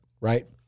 Right